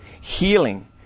Healing